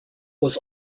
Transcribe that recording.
was